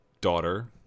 daughter